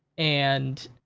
and,